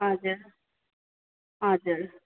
हजुर हजुर